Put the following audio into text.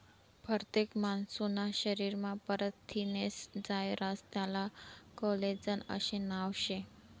परतेक मानूसना शरीरमा परथिनेस्नं जायं रास त्याले कोलेजन आशे नाव शे